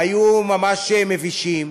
היו ממש מבישות.